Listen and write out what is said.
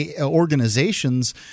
organizations